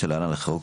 בוקר טוב לכולם.